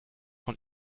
von